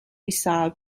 missile